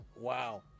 Wow